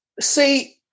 See